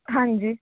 ਹਾਂਜੀ